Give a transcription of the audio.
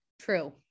True